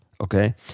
okay